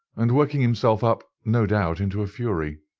and working himself up, no doubt, into a fury.